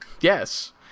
Yes